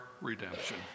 redemption